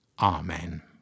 Amen